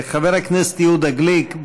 חבר הכנסת יהודה גליק,